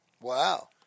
wow